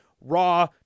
raw